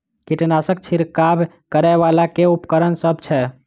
कीटनासक छिरकाब करै वला केँ उपकरण सब छै?